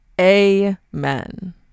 Amen